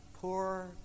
poor